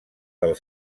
del